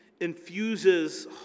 infuses